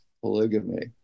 polygamy